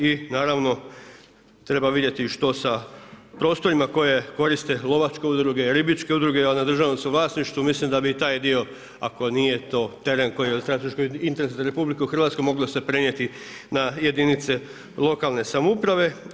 I naravno treba vidjeti što sa prostorima koje koriste lovačke udruge, ribičke udruge, a na državnom su vlasništvu, mislim da bi i taj dio ako nije to teren koji je od strateškog interesa za RH moglo se prenijeti na jedinice lokalne samouprave.